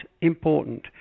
important